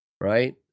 right